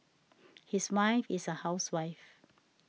his wife is a housewife